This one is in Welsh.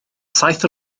saith